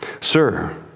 sir